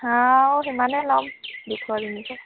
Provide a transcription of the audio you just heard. হাঁহো সিমানেই ল'ম দুশ তিনিশ